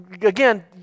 again